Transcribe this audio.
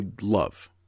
love